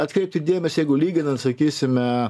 atkreipti dėmesį jeigu lyginant sakysime